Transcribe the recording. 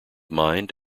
mind